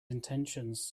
intentions